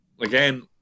Again